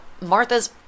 Martha's